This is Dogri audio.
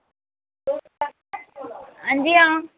हां जी हां